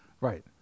Right